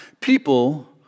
People